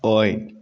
ꯑꯣꯏ